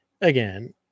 Again